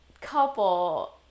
couple